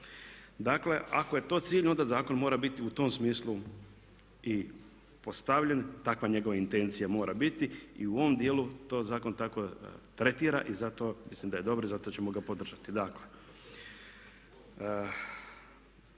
Dakle, ako je to cilj onda zakon mora biti u tom smislu i postavljen, takva njegova intencija mora biti. I u ovom dijelu to zakon tako tretira i zato mislim da je dobar i zato ćemo ga podržati.